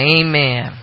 Amen